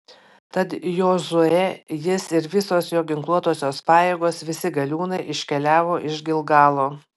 tad jozuė jis ir visos jo ginkluotosios pajėgos visi galiūnai iškeliavo iš gilgalo